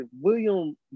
William